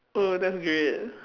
oh that's great